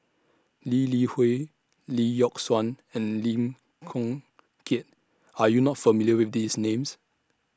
Lee Li Hui Lee Yock Suan and Lim Chong Keat Are YOU not familiar with These Names